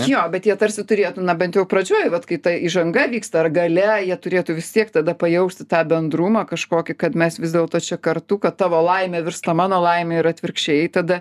jo bet jie tarsi turėtų na bent jau pradžioj vat kai ta įžanga vyksta ar gale jie turėtų vis tiek tada pajausti tą bendrumą kažkokį kad mes vis dėlto čia kartu kad tavo laimė virsta mano laime ir atvirkščiai tada